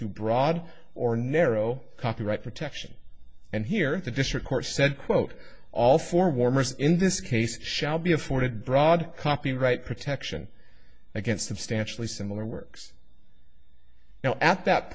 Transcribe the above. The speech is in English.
to broad or narrow copyright protection and here the district court said quote all four warmers in this case shall be afforded broad copyright protection against substantially similar works now at that